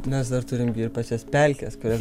mes dar turim gi ir pačias pelkes kurias